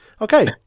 Okay